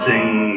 Sing